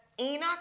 Enoch